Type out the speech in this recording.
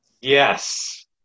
Yes